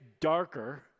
darker